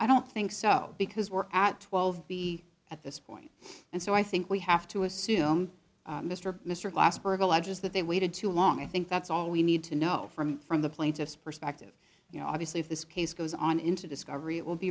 i don't think so because we're at twelve b at this point and so i think we have to assume mr mr glasberg alleges that they waited too long i think that's all we need to know from from the plaintiff's perspective you know obviously if this case goes on into discovery it will be